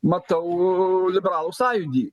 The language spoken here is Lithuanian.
matau liberalų sąjūdį